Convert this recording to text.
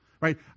right